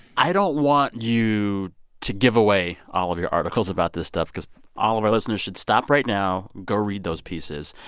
i don't want you to give away all of your articles about this stuff because all of our listeners should stop right now. go read those pieces.